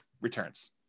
returns